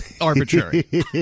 Arbitrary